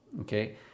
okay